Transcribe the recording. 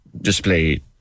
display